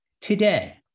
Today